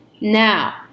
Now